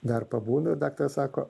dar pabūna daktaras sako